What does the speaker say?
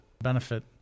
benefit